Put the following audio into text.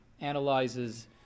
analyzes